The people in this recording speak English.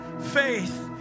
faith